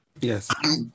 Yes